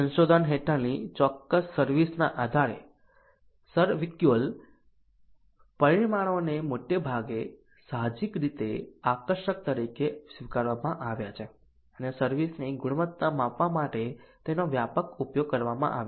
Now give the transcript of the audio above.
સંશોધન હેઠળની ચોક્કસ સર્વિસ ના આધારે SERVQUAL પરિમાણોને મોટે ભાગે સાહજિક રીતે આકર્ષક તરીકે સ્વીકારવામાં આવ્યા છે અને સર્વિસ ની ગુણવત્તા માપવા માટે તેનો વ્યાપક ઉપયોગ કરવામાં આવ્યો છે